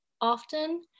often